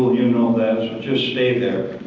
you know that so just stay there.